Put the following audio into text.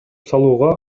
салууга